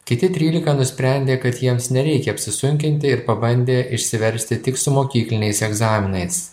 kiti trylika nusprendė kad jiems nereikia apsisunkinti ir pabandė išsiversti tik su mokykliniais egzaminais